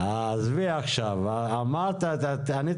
אדוני היו"ר,